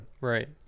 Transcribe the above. Right